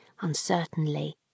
uncertainly